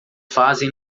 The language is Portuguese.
fazem